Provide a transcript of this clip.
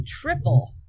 Triple